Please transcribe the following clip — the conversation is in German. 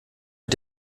mit